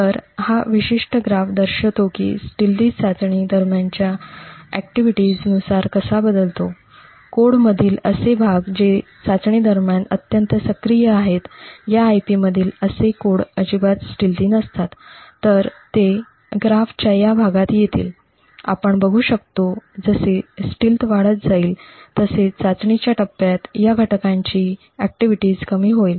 तर हा विशिष्ट आलेख दर्शवितो कि स्टिल्टथि चाचणी दरम्यानच्या ऍक्टिव्हिटीज नुसार कसा बदलतो कोड मधील असे भाग जे चाचणी दरम्यान अत्याधिक सक्रिय आहेत या IP मधील असे कोड अजिबात स्टिल्टथि नसतात तर ते आलेखच्या या भागात येतील आपण बघू शकतो जसे स्टील्थ वाढत जाईल तसे चाचणीच्या टप्प्यात या घटकांची क्रियाशीलता कमी होईल